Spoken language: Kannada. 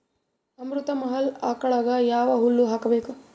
ಅಮೃತ ಮಹಲ್ ಆಕಳಗ ಯಾವ ಹುಲ್ಲು ಹಾಕಬೇಕು?